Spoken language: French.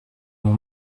mon